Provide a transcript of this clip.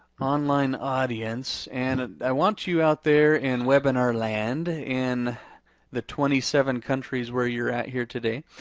online audience and i want you out there in webinar land in the twenty seven countries where you're at here today.